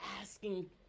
asking